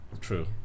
True